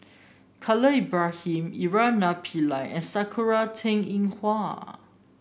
Khalil Ibrahim Naraina Pillai and Sakura Teng Ying Hua